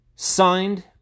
Signed